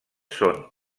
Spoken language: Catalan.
són